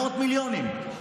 מאות מיליונים.